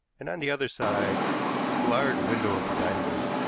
and on the other side was the large window of the dining-room.